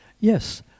yes